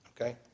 Okay